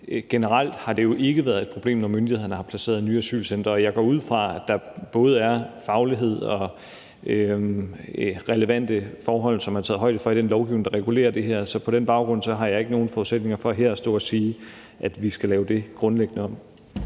men generelt har det jo ikke været et problem, når myndighederne har placeret nye asylcentre, og jeg går ud fra, at der både er faglighed og relevante forhold, som der er taget højde for i den lovgivning, der regulerer det her. Så på den baggrund har jeg ikke nogen forudsætninger for her at stå og sige, at vi skal lave det grundlæggende om.